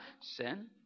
Sin